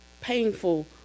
painful